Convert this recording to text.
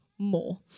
more